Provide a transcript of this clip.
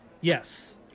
Yes